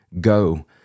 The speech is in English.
go